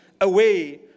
away